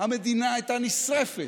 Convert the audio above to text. המדינה הייתה נשרפת,